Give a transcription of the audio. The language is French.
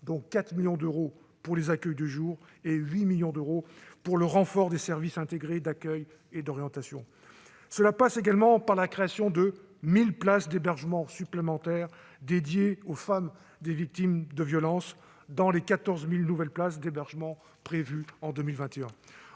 dont 4 millions d'euros pour les accueils de jour et 8 millions d'euros pour le renfort des services intégrés de l'accueil et de l'orientation. Cela passe également par la création de 1 000 places d'hébergement supplémentaires destinées aux femmes des victimes de violences parmi les 14 000 nouvelles places d'hébergement prévues en 2021.